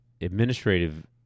administrative